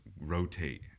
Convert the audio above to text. rotate